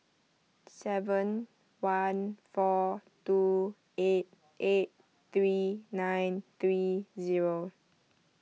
seven one four two eight eight three nine three zero